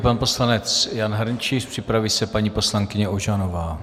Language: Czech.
Pan poslanec Jan Hrnčíř, připraví se paní poslankyně Ožanová.